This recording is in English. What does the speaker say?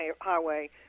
highway